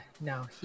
no